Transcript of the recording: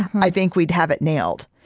i think we'd have it nailed.